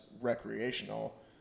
recreational